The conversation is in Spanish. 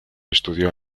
estudió